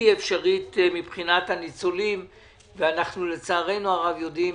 אפשרית מבחינת הניצולים ולצערנו הרב אנחנו יודעים,